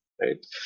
right